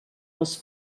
les